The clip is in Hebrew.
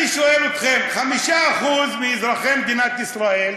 אני שואל אתכם: 5% מאזרחי מדינת ישראל קשישים,